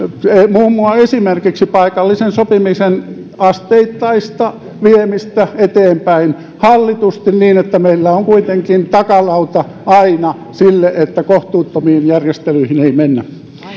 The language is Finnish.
esimerkiksi paikallisen sopimisen asteittaista viemistä eteenpäin hallitusti niin että meillä on kuitenkin takalauta aina sille että kohtuuttomiin järjestelyihin ei mennä